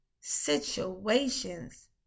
situations